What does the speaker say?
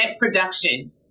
production